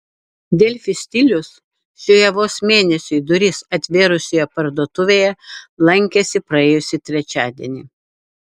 delfi stilius šioje vos mėnesiui duris atvėrusioje parduotuvėje lankėsi praėjusį trečiadienį